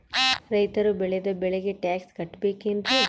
ರೈತರು ಬೆಳೆದ ಬೆಳೆಗೆ ಟ್ಯಾಕ್ಸ್ ಕಟ್ಟಬೇಕೆನ್ರಿ?